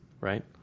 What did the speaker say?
right